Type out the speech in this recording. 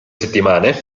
settimane